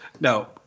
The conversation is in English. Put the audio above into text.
No